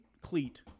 cleat